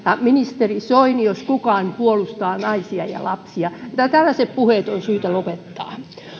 ja ministeri soini jos kukaan puolustaa naisia ja lapsia joten tällaiset puheet on syytä lopettaa